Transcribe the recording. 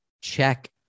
check